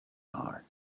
are